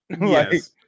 Yes